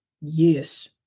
Yes